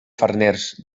farners